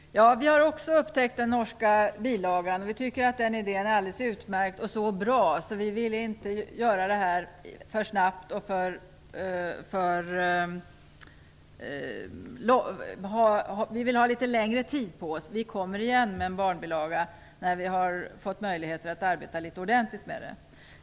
Herr talman! Vi har också upptäckt den norska bilagan. Vi tycker att den idén är alldeles utmärkt. Vi vill inte göra det här för snabbt, vi vill ha litet längre tid på oss. Vi kommer igen med en barnbilaga när vi har fått möjligheter att arbeta ordentligt med den.